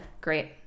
Great